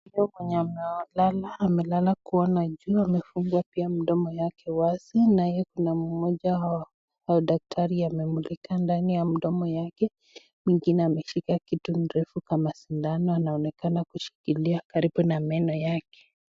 Mtu mwenye amelala, amelala kuona jua, amefungua pia mdomo yake wazi, naye kuna mmoja wa daktari amemulika ndani ya mdomo yake, mwingine amshika kitu ndefu kama sindano anaonekana kushikilia karibu na meno yake.